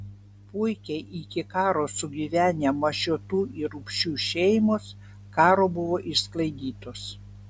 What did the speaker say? puikiai iki karo sugyvenę mašiotų ir urbšių šeimos karo buvo išsklaidytos